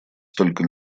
столько